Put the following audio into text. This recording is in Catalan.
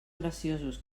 graciosos